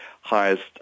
highest